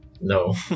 No